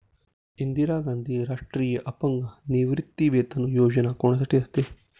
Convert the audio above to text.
इंदिरा गांधी राष्ट्रीय अपंग निवृत्तीवेतन योजना कोणासाठी असते?